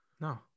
No